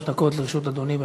שלוש דקות לרשות אדוני.